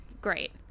Great